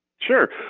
Sure